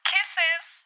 Kisses